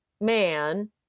man